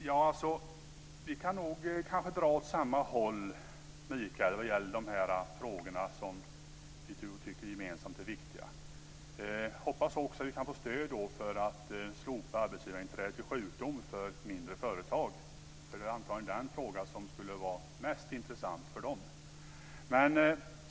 Fru talman! Vi kan nog dra åt samma håll, Mikael Oscarsson, i de frågor som vi gemensamt tycker är viktiga. Jag hoppas att vi då kan få stöd för att slopa arbetsgivarinträdet vid sjukdom för mindre företag. Det är antagligen den frågan som skulle vara mest intressant för de mindre företagen.